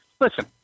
Listen